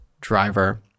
driver